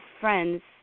friends